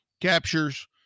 captures